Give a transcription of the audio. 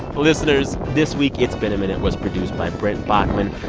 listeners, this week, it's been a minute was produced by brent baughman,